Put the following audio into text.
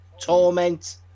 torment